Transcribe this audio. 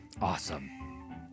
Awesome